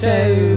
Two